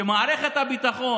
שמערכת הביטחון,